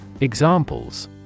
Examples